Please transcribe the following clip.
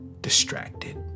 distracted